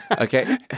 okay